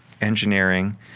engineering